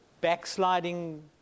backsliding